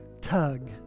tug